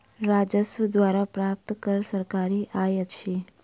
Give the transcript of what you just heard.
राजस्व द्वारा प्राप्त कर सरकारी आय अछि